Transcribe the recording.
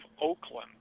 Oakland